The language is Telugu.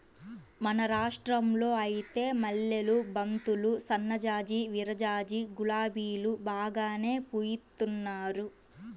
మన రాష్టంలో ఐతే మల్లెలు, బంతులు, సన్నజాజి, విరజాజి, గులాబీలు బాగానే పూయిత్తున్నారు